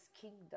kingdom